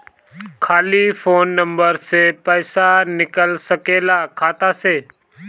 खाली phone number से पईसा निकल सकेला खाता से?